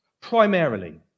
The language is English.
Primarily